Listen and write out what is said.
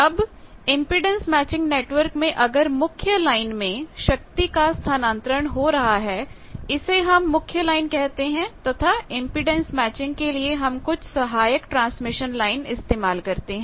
अब impedance matching network में अगर मुख्य लाइन में शक्ति का स्थानांतरण हो रहा हो इसे हम मुख्य लाइन कहते हैं तथा इंपेडेंस मैचिंग के लिए हम कुछ सहायक ट्रांसमिशन लाइन इस्तेमाल करते हैं